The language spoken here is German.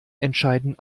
entscheiden